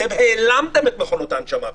אתם העלמתם את מכונות ההנשמה פתאום.